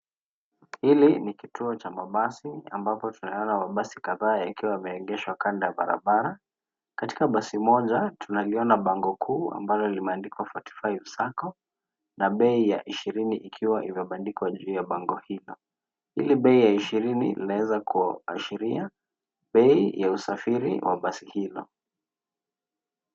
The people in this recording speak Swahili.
Hili ni kituo cha mabasi ambapo tunayaona mabasi kadhaa yakiwa yameegeshwa kando ya barabara. Katika basi moja tunaliona bango kuu ambalo limeandikwa forty five sacco na bei ya ishirini ikiwa imebandikwa juu ya bango hilo. Hili bei ya ishirini linaweza kuashiria bei ya usafiri wa basi hilo.